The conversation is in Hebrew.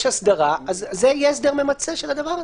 הסדרה אז זה יהיה הסדר ממצה של הדבר הזה.